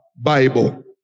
Bible